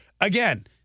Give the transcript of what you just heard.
again